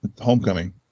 Homecoming